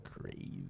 crazy